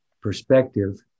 perspective